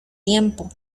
tiempo